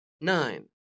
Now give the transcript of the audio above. Nine